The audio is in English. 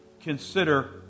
consider